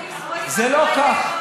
זה לא כך.